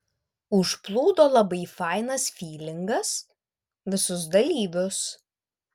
užplūdo labai fainas fylingas visus dalyvius